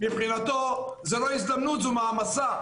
מבחינתו זו לא הזדמנות, זו מעמסה.